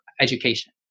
education